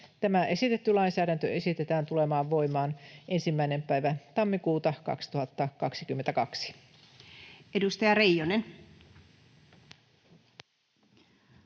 Tämä esitetty lainsäädäntö esitetään tulemaan voimaan 1. päivä tammikuuta 2022. [Speech